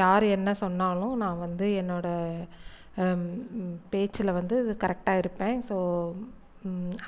யார் என்ன சொன்னாலும் நான் வந்து என்னோடய பேச்சில் வந்து கரெக்ட்டாக இருப்பேன் ஸோ